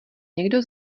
někdo